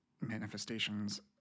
manifestations